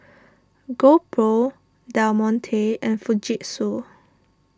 GoPro Del Monte and Fujitsu